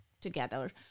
together